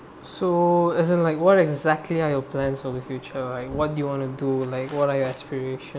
so as in like what exactly I have plans for the future like what you want to do like what I aspiration